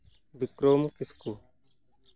Bikram Kisku